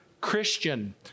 Christian